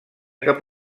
cap